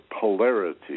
polarity